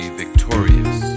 victorious